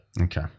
Okay